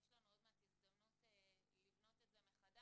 יש לנו עוד מעט הזדמנות לבנות את זה מחדש,